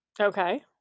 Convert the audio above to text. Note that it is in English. Okay